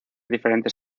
diferentes